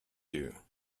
you